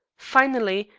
finally,